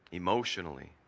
emotionally